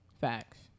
Facts